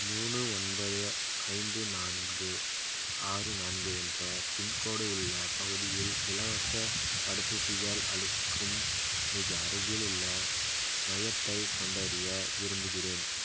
மூணு ஒன்பது ஐந்து நான்கு ஆறு நான்கு என்ற பின்கோடு உள்ள பகுதியில் இலவசத் தடுப்பூசிகள் அளிக்கும் மிக அருகிலுள்ள மையத்தைக் கண்டறிய விரும்புகிறேன்